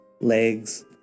legs